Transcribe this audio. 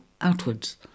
outwards